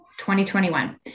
2021